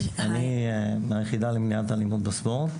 מהיחידה למניעת אלימות בספורט,